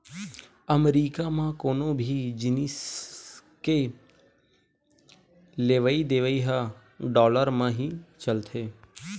अमरीका म कोनो भी जिनिस के लेवइ देवइ ह डॉलर म ही चलथे